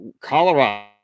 Colorado